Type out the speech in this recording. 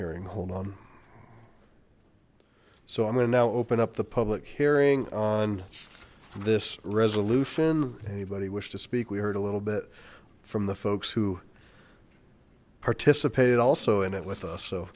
hearing hold on so i'm going to now open up the public hearing on this resolution anybody wish to speak we heard a little bit from the folks who participated also in it with us so